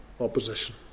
opposition